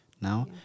now